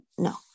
No